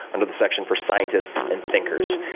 under the section for scientists and thinkers.